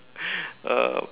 uh